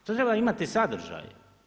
To treba imati sadržaj.